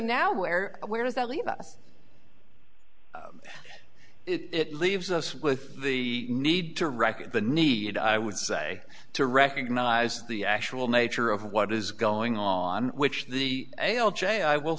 now where where does that leave us it leaves us with the need to record the need i would say to recognize the actual nature of what is going on which the a l j i will